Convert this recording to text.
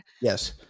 Yes